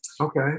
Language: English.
Okay